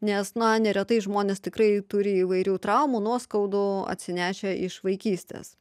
nes na neretai žmonės tikrai turi įvairių traumų nuoskaudų atsinešę iš vaikystės